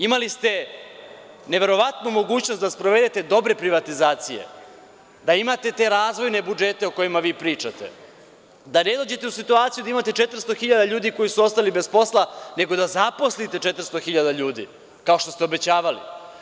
Imali ste neverovatnu mogućnost da sprovedete dobre privatizacije, da imate te razvojne budžete o kojima vi pričate, da ne dođete u situaciju da imate 400.000 ljudi koji su ostali bez posla, nego da zaposlite 400.000 ljudi, kao što ste obećavali.